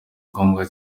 ngombwa